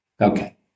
Okay